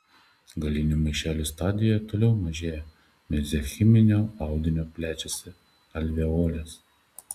galinių maišelių stadijoje toliau mažėja mezenchiminio audinio plečiasi alveolės